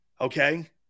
Okay